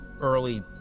early